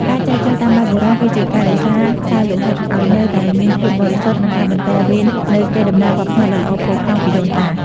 ការចែចូវតាមបែបបុរាណគឺជាការរក្សា "ខ្សែលោហិត" ឱ្យនៅតែមានភាពបរិសុទ្ធ និងការបន្តវេននូវកេរដំណែលវប្បធម៌ដ៏ល្អផូរផង់ពីដូនតា។